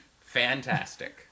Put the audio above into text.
Fantastic